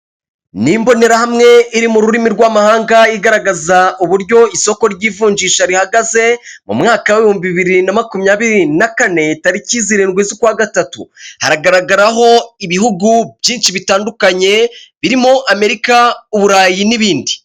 Ni imborahamwe iri mu rurimi rw'amahanga igaragaza uburyo isoko ry'ivunjisha rihagaze mu mwaka w'ibihumbi bibiri na makumyabiri na kane, taliki zirindwi z'ukwa gatatu, hagaragaraho ibihugu byinshi bitandukanye birimo Amerika, Uburayi n'ibindi.